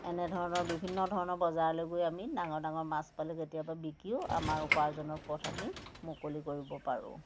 এনে ধৰণৰ বিভিন্ন ধৰণৰ বজাৰলৈ গৈ আমি ডাঙৰ ডাঙৰ মাছ পালে কেতিয়াবা বিক্ৰীও আমাৰ উপাৰ্জনৰ পথ আমি মুকলি কৰিব পাৰোঁ